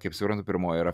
kaip suprantu pirmoji yra